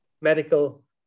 medical